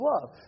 love